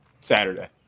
Saturday